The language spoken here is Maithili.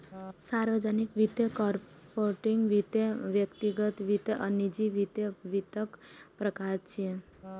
सार्वजनिक वित्त, कॉरपोरेट वित्त, व्यक्तिगत वित्त आ निजी वित्त वित्तक प्रकार छियै